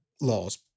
laws